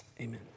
Amen